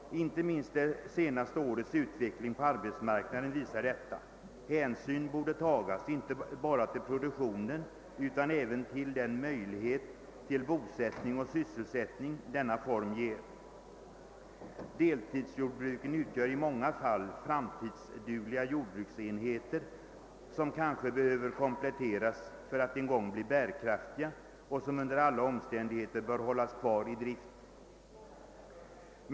Inte minst det senaste årets utveckling på arbetsmarknaden visar detta. Hänsyn borde tagas, inte bara till produktionen utan även till den möjlighet till bosättning sysselsättning i denna form ger. Deltidsjordbruken utgör i många fall framtidsdugliga jordbruksenheter, som kanske behöver kompletteras för att en gång bli bärkraftiga och som under alla omständigheter bör hållas kvar i drift.